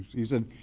he said,